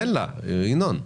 תן לה, ינון.